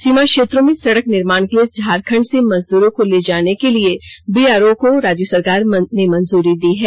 सीमा क्षेत्रों में सड़क निर्माण के लिए झारखंड से मजदूरों को ले जाने के लिए बीआरओ को राज्य सरकार ने मंजूरी दी है